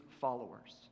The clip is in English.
followers